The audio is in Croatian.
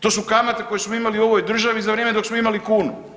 To su kamate koje smo imali u ovoj državi za vrijeme dok smo imali kunu.